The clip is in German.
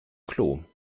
klo